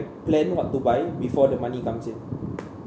plan what to buy before the money comes in